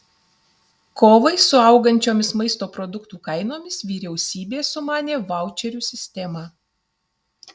kovai su augančiomis maisto produktų kainomis vyriausybė sumanė vaučerių sistemą